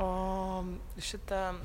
o šita